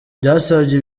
byasabye